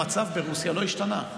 המצב ברוסיה לא השתנה,